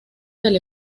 del